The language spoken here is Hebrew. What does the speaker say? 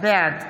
בעד